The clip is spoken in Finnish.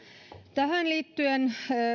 tähän liittyen